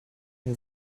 and